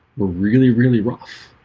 were really really rough